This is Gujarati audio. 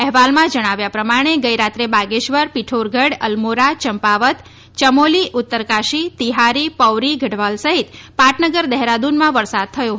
અહેવાલમાં જણાવ્યા પ્રમાણે ગઇરાત્રે બાગેશ્વર પીથોરગઢ અલ્મોરા ચંપાવત યમોલી ઉત્તરકાશી તીહારી પૌરી ગઢવાલ સહિત પાટનગર દેહરાદૂનમાં વરસાદ થયો હતો